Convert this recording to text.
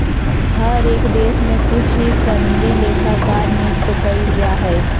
हर एक देश में कुछ ही सनदी लेखाकार नियुक्त कइल जा हई